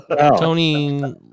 Tony